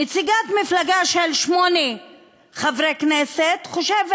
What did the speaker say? נציגת מפלגה של שמונה חברי כנסת חושבת: